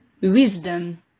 wisdom